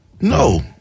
No